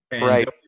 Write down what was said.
Right